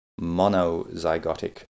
monozygotic